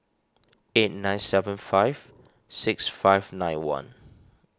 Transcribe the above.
eight nine seven five six five nine one